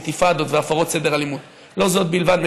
אינתיפאדות והפרות סדר אלימות." לא זו בלבד,